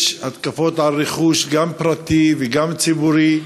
יש התקפות על רכוש, גם פרטי וגם ציבורי,